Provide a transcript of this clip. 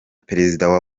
perezida